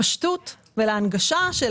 לפשטות ולהנגשה של